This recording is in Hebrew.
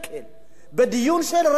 בדיון של רבע שעה.